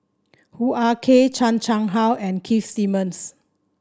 Hoo Ah Kay Chan Chang How and Keith Simmons